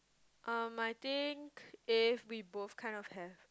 um I think if we both kind of have